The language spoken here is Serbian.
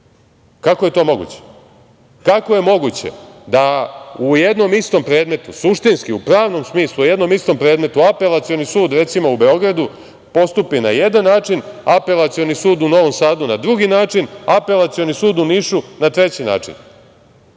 suštinski u pravnom smisli, o jednom istom predmetu, suštinski u pravnom smislu, jednom istom predmetu Apelacioni sud, recimo u Beogradu postupi na jedan način, Apelacioni sud u Novom Sadu na drugi način, Apelacioni sud u Nišu na treći način?